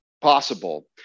possible